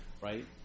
right